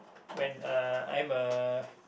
when uh I'm a